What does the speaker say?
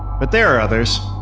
but there are others.